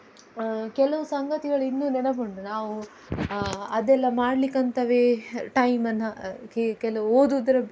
ಕೆಲವು ಸಂಗತಿಗಳಿನ್ನೂ ನೆನಪುಂಟು ನಾವು ಅದೆಲ್ಲ ಮಾಡಲಿಕ್ಕಂತವೇ ಟೈಮನ್ನು ಹೀಗೆ ಕೆಲವು ಓದೋದ್ರ